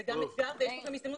זה גם אתגר ויש לכם הזדמנות.